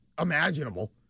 imaginable